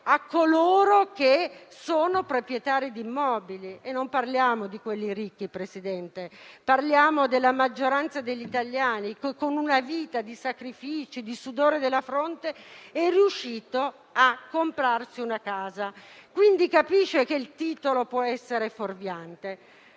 su coloro che sono proprietari di immobili. E non parliamo di quelli ricchi, Presidente, ma parliamo della maggioranza degli italiani che, dopo una vita di sacrifici e di sudore della fronte, è riuscito a comprarsi una casa. Quindi, capisce che il titolo può essere fuorviante.